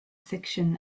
fiction